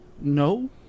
No